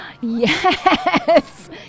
Yes